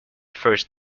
first